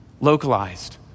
Localized